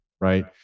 right